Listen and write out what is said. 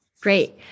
Great